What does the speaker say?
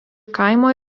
kaimo